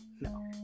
No